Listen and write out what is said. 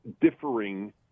differing